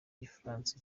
igifaransa